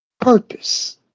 purpose